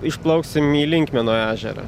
išplauksim į linkmeno ežerą